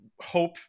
hope